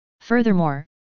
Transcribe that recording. Furthermore